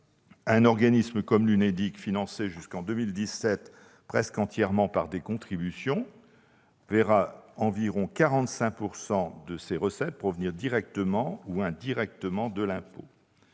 un organisme comme l'UNEDIC, qui, jusqu'en 2017, était presque entièrement financé par des contributions, verra environ 45 % de ses recettes provenir directement ou indirectement de l'impôt.